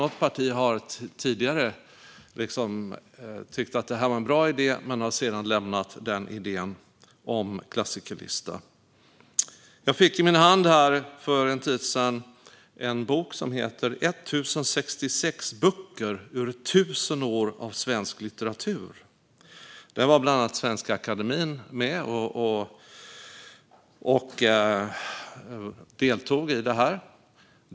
Något parti har tidigare tyckt att det här var en bra idé men sedan lämnat idén om en klassikerlista. Jag fick i min hand för en tid sedan en bok som heter Sverige läser! : 1066 böcker ur tusen år av svensk litteratur från vikingatid till år 2000 , som bland annat Svenska Akademien har varit med och tagit fram.